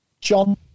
John